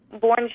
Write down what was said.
born